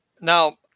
Now